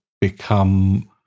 become